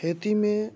खेती में